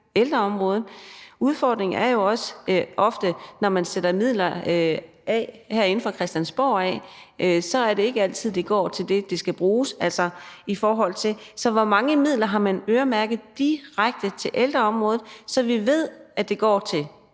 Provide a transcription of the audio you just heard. ældreområdet? Udfordringen er jo også ofte, når man herinde fra Christiansborg sætter midler af, at det ikke altid er, at de går til det, som de skal bruges til. Så hvor mange midler har man øremærket direkte til ældreområdet, så vi ved, at de går til